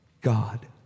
God